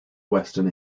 western